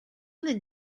nel